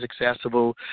accessible